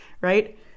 right